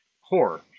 horror